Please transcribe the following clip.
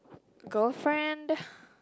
girlfriend